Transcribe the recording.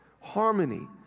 Harmony